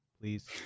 please